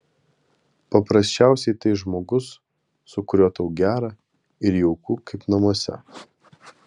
paprasčiausiai tai žmogus su kuriuo tau gera ir jauku kaip namuose